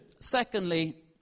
Secondly